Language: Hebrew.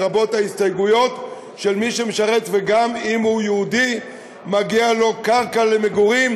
לרבות ההסתייגויות שמי שמשרת וגם אם הוא יהודי מגיעה לו קרקע למגורים,